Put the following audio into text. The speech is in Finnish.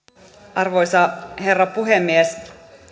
arvoisa herra puhemies